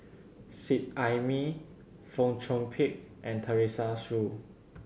Seet Ai Mee Fong Chong Pik and Teresa Hsu